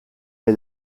est